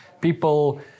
people